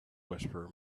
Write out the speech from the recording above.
whisperer